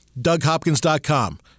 DougHopkins.com